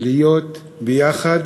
ביחד